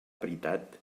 veritat